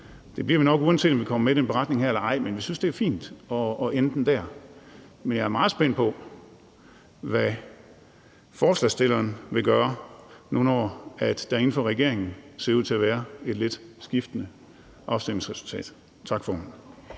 Det gør vi nok, uanset om vi kommer med i den beretning her eller ej, men jeg synes, det er fint at ende den der. Men jeg er meget spændt på, hvad forslagsstillerne vil gøre nu, når der inden for regeringen ser ud til at være et lidt skiftende afstemningsresultat. Tak,